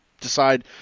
decide